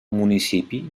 municipi